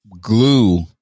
glue